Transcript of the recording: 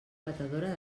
batedora